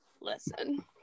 listen